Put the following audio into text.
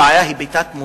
הבעיה היא בתת-מודע,